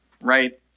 right